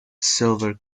silver